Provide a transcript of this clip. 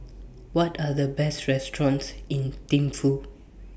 What Are The Best restaurants in Thimphu